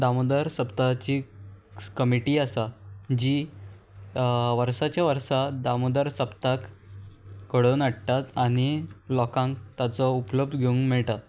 दामोदर सप्ताची कमिटी आसा जी वर्साच्या वर्सा दामोदर सप्ताक घडोवन हाडटात आनी लोकांक ताचो उपलब्ध घेवंक मेळटात